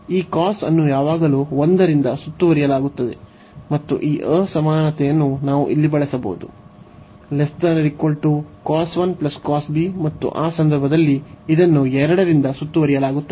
ಈ cos ಅನ್ನು ಯಾವಾಗಲೂ 1 ರಿಂದ ಸುತ್ತುವರಿಯಲಾಗುತ್ತದೆ ಮತ್ತು ಈ ಅಸಮಾನತೆಯನ್ನು ನಾವು ಇಲ್ಲಿ ಬಳಸಬಹುದು ಮತ್ತು ಆ ಸಂದರ್ಭದಲ್ಲಿ ಇದನ್ನು 2 ರಿಂದ ಸುತ್ತುವರಿಯಲಾಗುತ್ತದೆ